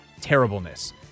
terribleness